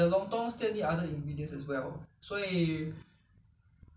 eh the 豆干是要炸的 you fried the